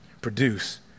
produce